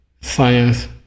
science